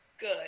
good